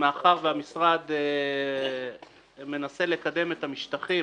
מאחר שהמשרד מנסה לקדם את המשטחים